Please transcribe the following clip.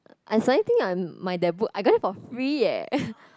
I suddenly think I'm my that book I got it for free eh